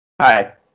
Hi